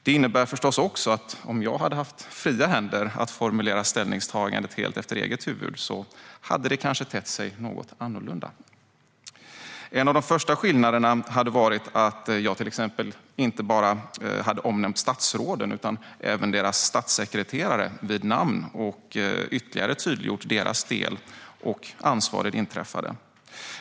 Det innebär också att ställningstagandet hade tett sig något annorlunda om jag hade fått fria händer att formulera det helt efter eget huvud. En av de första skillnaderna hade varit att jag hade omnämnt inte bara statsråden utan även deras statssekreterare vid namn och ytterligare tydliggjort deras del och ansvar i det inträffade.